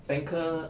banker